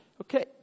Okay